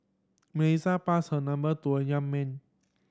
Melissa passed her number to a young man